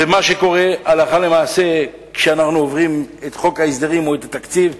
ומה שקורה הלכה למעשה כשאנחנו עוברים את חוק ההסדרים או את התקציב,